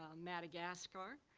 ah madagascar.